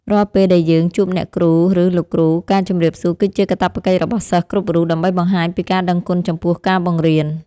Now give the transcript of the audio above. រាល់ពេលដែលយើងជួបអ្នកគ្រូឬលោកគ្រូការជម្រាបសួរគឺជាកាតព្វកិច្ចរបស់សិស្សគ្រប់រូបដើម្បីបង្ហាញពីការដឹងគុណចំពោះការបង្រៀន។